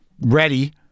ready